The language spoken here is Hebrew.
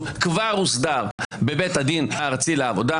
כבר הוסדר בבית הדין הארצי לעבודה,